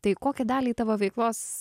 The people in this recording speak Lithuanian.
tai kokią dalį tavo veiklos